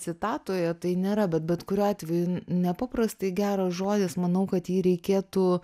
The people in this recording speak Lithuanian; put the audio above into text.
citatoje tai nėra bet bet kuriuo atveju nepaprastai geras žodis manau kad jį reikėtų